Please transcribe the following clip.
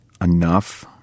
enough